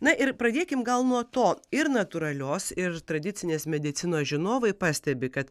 na ir pradėkim gal nuo to ir natūralios ir tradicinės medicinos žinovai pastebi kad